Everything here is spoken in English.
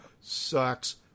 sucks